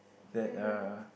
that uh